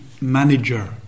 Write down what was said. manager